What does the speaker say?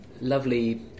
lovely